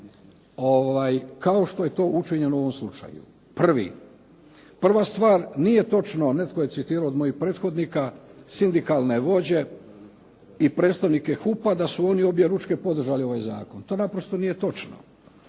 kao što je to učinjeno u ovom slučaju? Prva stvar nije točno, netko je citirao od mojih prethodnika sindikalne vođe i predstavnike HUP-a da su oni objeručke podržali ovaj zakon. To naprosto nije točno.